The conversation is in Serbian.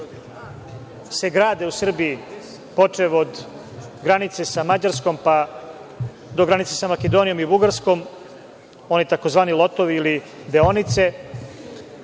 se grade u Srbiji, počev od granice sa Mađarskom, pa do granice sa Makedonijom i Bugarskom, oni tzv. lotovi ili deonice,